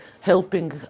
helping